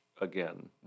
again